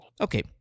Okay